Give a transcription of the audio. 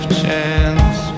chance